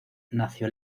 nació